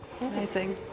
Amazing